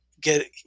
get